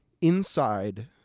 inside